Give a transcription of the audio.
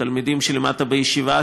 תלמידים שלימדת בישיבה,